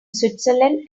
switzerland